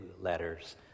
letters